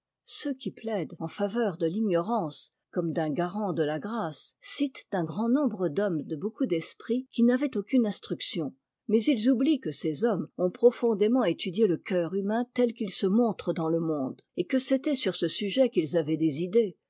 ceux qui plaident en faveur de l'ignorance comme d'un garant de la grâce citent un grand nombre d'hommes de beaucoup d'esprit qui n'avaient aucune instruction mais ils oublient que ces hommes ont profondément étudié le cœur humain tel qu'il se montre dans le monde et que c'était sur ce sujet qu'ils avaient des idées